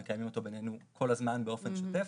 מקיימים אותו בינינו כל הזמן באופן שוטף.